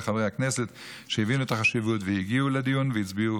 לחברי הכנסת שהבינו את החשיבות והגיעו לדיון והצביעו